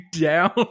down